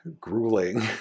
grueling